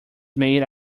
made